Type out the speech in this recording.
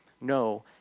No